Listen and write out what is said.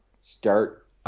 Start